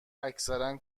اکثرا